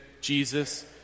Jesus